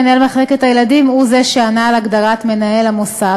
מנהל מחלקת הילדים הוא שענה על ההגדרה מנהל המוסד,